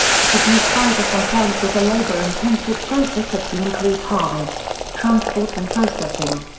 to produce fiber from hemp was a labor-intensive process if you include harvest, transport and processing.